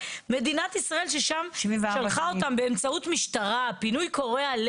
וגם שליחת השוטרים כל פעם מחדש,